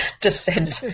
descent